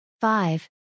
Five